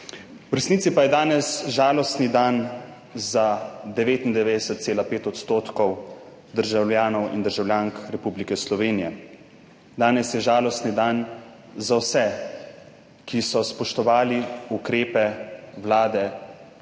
V resnici pa je danes žalosten dan za 99,5 odstotka državljanov in državljank Republike Slovenije. Danes je žalostni dan za vse, ki so spoštovali ukrepe vlade,